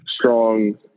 strong